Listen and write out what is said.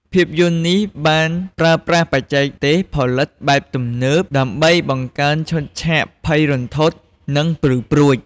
ភាពយន្តនេះបានប្រើប្រាស់បច្ចេកទេសផលិតបែបទំនើបដើម្បីបង្កើតឈុតឆាកភ័យរន្ធត់ និងព្រឺព្រួច។